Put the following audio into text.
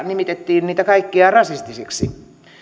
nimitettiin niitä kaikkia rasistisiksi